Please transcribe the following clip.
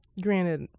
granted